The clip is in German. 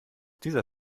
dieser